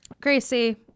Gracie